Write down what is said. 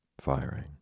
firing